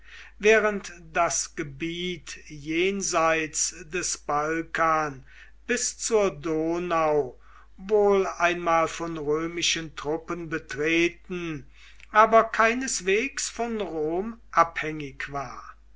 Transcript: während das gebiet jenseits des balkan bis zur donau wohl einmal von römischen truppen betreten aber keineswegs von rom abhängig war